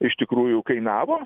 iš tikrųjų kainavo